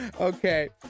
Okay